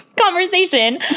conversation